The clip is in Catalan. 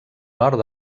nord